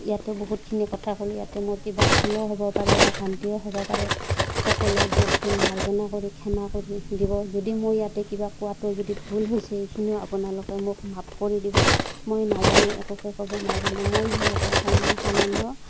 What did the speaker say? ইয়াতে বহুতখিনি কথা ক'লো ইয়াতে মোৰ কিবা ভুলো হ'ব পাৰে বা ভ্ৰান্তিও হ'ব পাৰে সকলো দোষ গুণ মাৰ্জনা কৰি ক্ষমা কৰি দিব যদি মই ইয়াতে কিবা কোৱাটো যদি ভুল হৈছে এইখিনিও আপোনালোকে মোক মাফ কৰি দিব মই নাজানো একোকে ক'ব নাজানো মই হ'ল এটা তাৰ মানে সামান্য